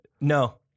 No